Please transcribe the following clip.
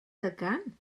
elgan